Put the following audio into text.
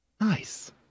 Nice